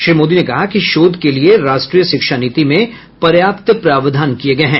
श्री मोदी ने कहा कि शोध के लिए राष्ट्रीय शिक्षा नीति में पर्याप्त प्रावधान किए गए हैं